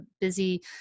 busy